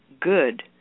good